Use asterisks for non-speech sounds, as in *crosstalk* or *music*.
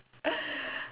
*noise*